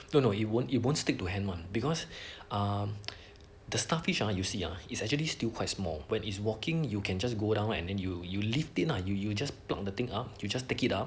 no no it won't it won't stick to hand one because um the starfish ah you see ah it's actually still quite small when it's walking you can just go down and then you you lift it lah you you just plop the thing up you just take it up